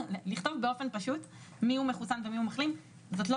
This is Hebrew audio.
לכתוב באופן פשוט מי הוא מחוסן ומי הוא מחלים זאת לא